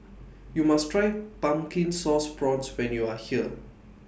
YOU must Try Pumpkin Sauce Prawns when YOU Are here